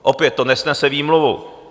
Opět, to nesnese výmluvu.